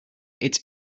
its